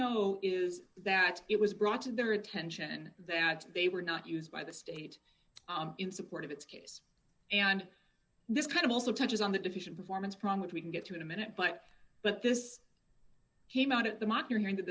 know is that it was brought to their attention that they were not used by the state in support of its case and this kind of also touches on the diffusion performance problem which we can get to in a minute but but this came out at the mock your hearing that